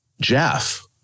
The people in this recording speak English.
Jeff